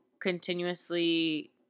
continuously